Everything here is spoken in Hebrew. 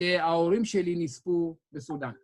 ‫שההורים שלי נספו בסודאן.